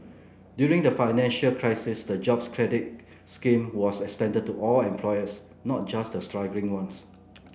during the financial crisis the Jobs Credit scheme was extended to all employers not just the struggling ones